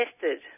tested